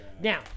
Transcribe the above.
Now